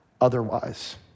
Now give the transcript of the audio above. otherwise